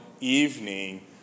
evening